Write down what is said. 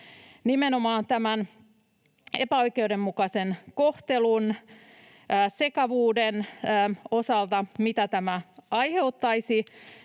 nimenomaan epäoikeudenmukaisen kohtelun ja sekavuuden osalta, mitä tämä aiheuttaisi.